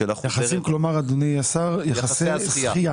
יחסים, כלומר יחסי הזכייה.